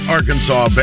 Arkansas